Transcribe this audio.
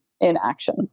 inaction